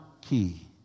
key